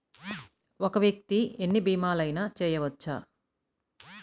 ఒక్క వ్యక్తి ఎన్ని భీమలయినా చేయవచ్చా?